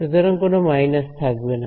সুতরাং কোন মাইনাস থাকবে না